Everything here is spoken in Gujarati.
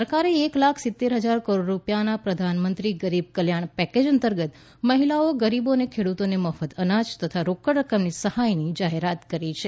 સરકારે એક લાખ સિત્રેર હજાર કરોડ રૂપિયાના પ્રધાનમંત્રી ગરીબ કલ્યાણ પેકેજ અંતર્ગત મહિલાઓ ગરીબો અને ખેડૂતોને મફત અનાજ તથા રોકડ રકમની સહાયની જાહેરાત કરી છે